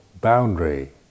boundary